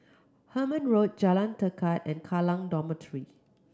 Hemmant Road Jalan Tekad and Kallang Dormitory